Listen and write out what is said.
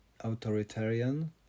authoritarian